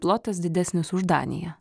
plotas didesnis už daniją